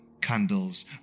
candles